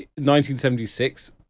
1976